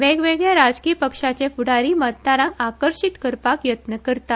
वेगवेगळ्या राजकी पक्षाचे फुडारी मतदारांक आकर्षित करपाक यत्न करतात